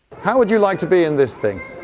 how would you like to be in this thing?